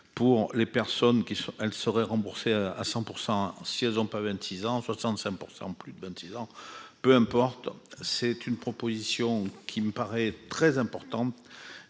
pour les personnes qui sont elle serait remboursée à 100 % si elles ont pas 26 ans, 65 %, plus de 26 ans, peu importe, c'est une proposition qui me paraît très important